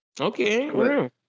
Okay